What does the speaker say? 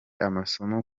amasomo